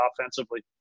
offensively